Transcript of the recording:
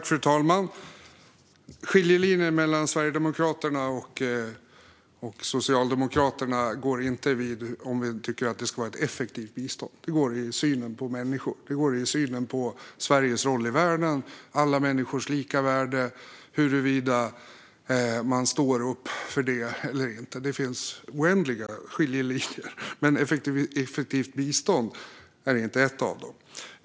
Fru talman! Skiljelinjen mellan Sverigedemokraterna och Socialdemokraterna går inte vid om vi tycker att det ska vara ett effektivt bistånd. Den går i synen på människor. Den går i synen på Sveriges roll i världen. Den går i huruvida man står upp för alla människors lika värde eller inte. Det finns oändligt många skiljelinjer, men effektivt bistånd är inte en av dem.